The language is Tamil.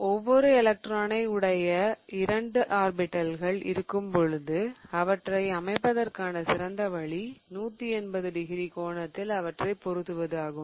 ஒவ்வொரு எலக்ட்ரானை உடைய இரண்டு ஆர்பிடல்கள் இருக்கும் பொழுது அவற்றை அமைப்பதற்கான சிறந்த வழி 180 டிகிரி கோணத்தில் அவற்றை பொருத்துவது ஆகும்